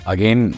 Again